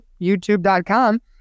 youtube.com